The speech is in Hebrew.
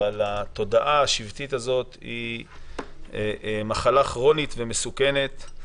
אבל התודעה השבטית הזאת היא מחלה כרונית ומסוכנת.